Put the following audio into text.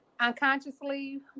unconsciously